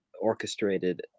orchestrated